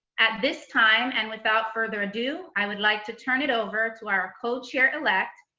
at this time, and without further ado, i would like to turn it over to our co-chair elect,